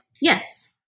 Yes